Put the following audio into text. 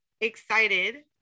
excited